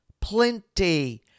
plenty